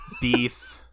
beef